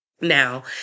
Now